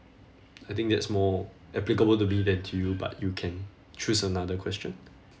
I think that's more applicable to me than to you but you can choose another question